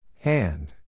Hand